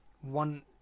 one